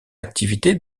activité